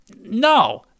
no